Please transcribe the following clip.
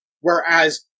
Whereas